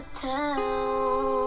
town